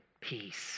peace